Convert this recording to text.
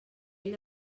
ell